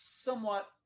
somewhat